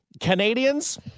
Canadians